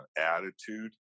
attitude